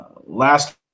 Last